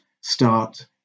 start